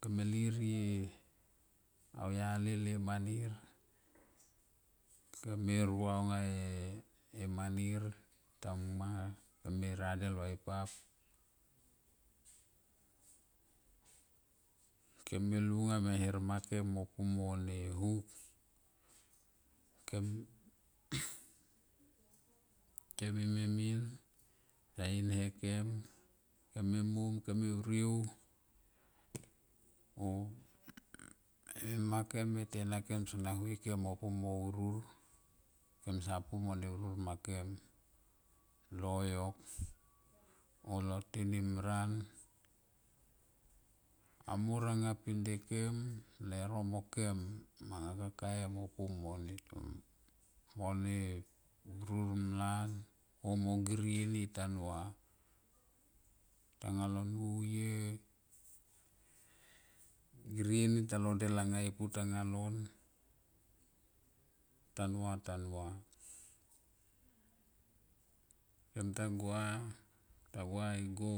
Kem me lirie au yali te manir kem e ma anga e manir tanua kem me radel va e pap kem me lunga me herma kem mo pu mo n e huk kem kem mime mil ta in ha kem kem me mom kem me vriou o e mima kem mo e tena kem son na vue kem mopu mo urun kem sap pu mo ne urur makem loyok lo teinran amor anga pinde kem leuro mo kem manga kakae nangan kakae mo pumo ne urur mlan o mo girieni tanua tanga lo nuye, girie ni tanga lo del anga i putanga lon tan uva tan uva kem ta gua, ta gua igo